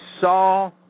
saw